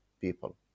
people